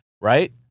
right